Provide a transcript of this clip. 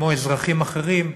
כמו אזרחים אחרים,